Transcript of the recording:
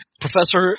Professor